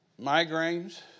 migraines